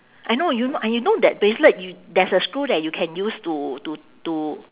I know you know I know that bracelet y~ there's a screw that you can use to to to